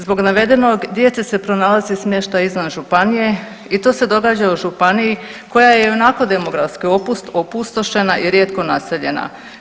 Zbog navedenog djeci se pronalaze smještaji izvan županije i to se događa u županiji koji je ionako demografski opustošena i rijetko naseljena.